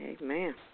Amen